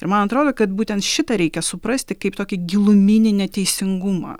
ir man atrodo kad būtent šitą reikia suprasti kaip tokį giluminį neteisingumą